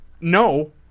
No